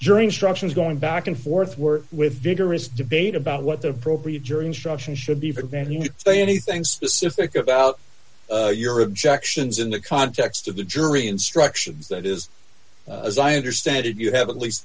during structure's going back and forth were with vigorous debate about what the appropriate jury instructions should be but then you say anything specific about your objections in the context of the jury instructions that is as i understand it you have at least